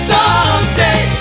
Someday